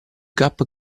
gap